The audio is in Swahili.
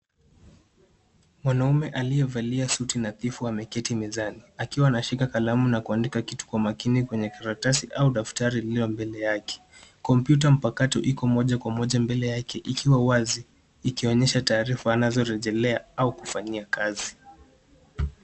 Mwaume aliyevalia suti nadhifu ameketi mezani, akiwa ameshika kalamu na kuandika kitu kwa makini kwenye karatasi, au daftari lililo mbele yake. Kompyuta mpakato, iko moja kwa moja mbele yake ikiwa wazi, ikionyesha taarifa anazorejelea, au kufanyia kazi.